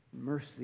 mercy